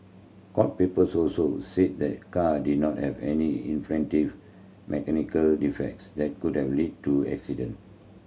court papers also said the car did not have any mechanical defects that could have led to accident